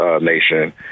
Nation